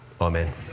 Amen